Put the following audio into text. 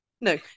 No